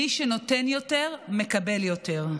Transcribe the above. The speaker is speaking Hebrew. מי שנותן יותר, מקבל יותר.